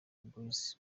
boyz